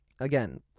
Again